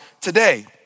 today